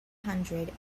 hundred